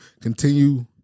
Continue